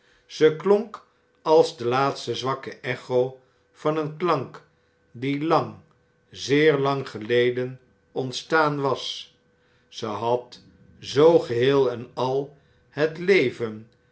ze klonk alp de laatste zwakke echo van een klank die lang zeer lang geleden ontstaan was ze had zoo geheel en al het leven